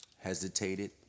hesitated